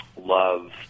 love